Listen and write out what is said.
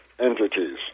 entities